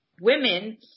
women